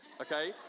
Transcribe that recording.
Okay